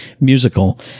musical